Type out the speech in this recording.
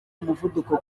umuvuduko